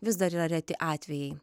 vis dar yra reti atvejai